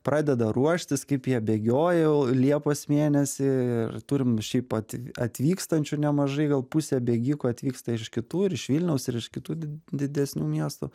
pradeda ruoštis kaip jie bėgioja jau liepos mėnesį ir turim šiaip at atvykstančių nemažai pusė bėgikų atvyksta ir iš kitų ir iš vilniaus ir iš kitų did didesnių miestų